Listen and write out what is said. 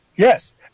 Yes